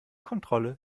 kontrolle